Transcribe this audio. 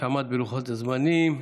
שעמד בלוחות הזמנים.